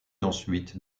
ensuite